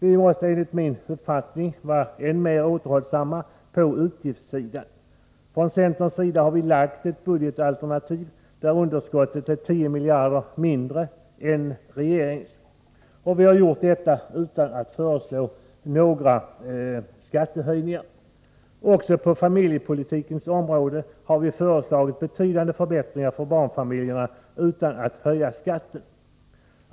Vi måste enligt min uppfattning vara än mer återhållsamma på utgiftssidan. Från centerns sida har vi lagt ett budgetalternativ, där underskottet är 10 miljarder mindre än regeringens. Och vi har gjort detta utan att föreslå några skattehöjningar. Också på familjepolitikens område har vi föreslagit betydande förbättringar för barnfamiljerna utan att höja skatten.